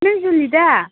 नों जुलि दा